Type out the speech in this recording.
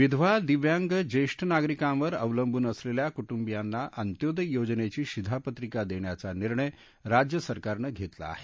विधवा दिव्यांग ज्येष्ठ नागरिकांवर अवलंबूनअसलेल्या कूट्रंबांना अंत्योदय योजनेची शिधापत्रिका देण्याचा निर्णय राज्य सरकारनं घेतला आहे